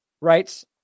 writes